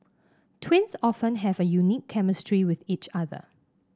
twins often have a unique chemistry with each other